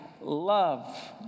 love